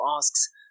asks